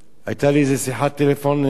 היתה לי שיחת טלפון של